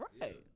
Right